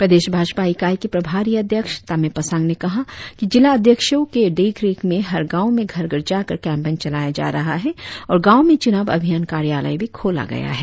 प्रदेश भाजपा इकाई के प्रभारी अध्यक्ष तामे पासांग ने कहा कि जिला अध्यक्षों के देखरेख में हर गावों में घर घर जाकर कैंपेन चलाया जा रहा है और गावों में चुनाव अभियान कार्यालय भी खोला गया है